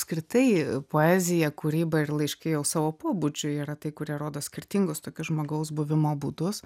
apskritai poezija kūryba ir laiškai jau savo pobūdžiu yra tai kurie rodo skirtingus tokius žmogaus buvimo būdus